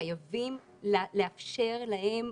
חייבים לאפשר להם,